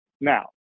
Now